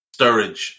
Sturridge